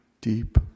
deep